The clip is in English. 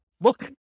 look